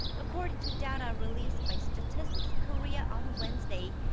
according to data released by statistics korea on wednesday.